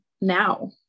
now